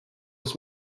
his